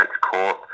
Court